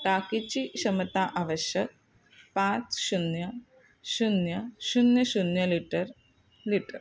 टाकीची क्षमता आवश्यक पाच शून्य शून्य शून्य शून्य लिटर लिटर